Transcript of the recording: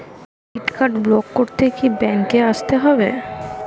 Credit card block করতে কি ব্যাংকে আসতে হবে?